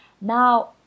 Now